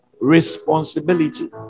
responsibility